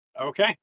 Okay